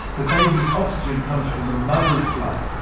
the baby's oxygen comes from the mother's blood,